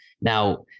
Now